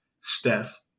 Steph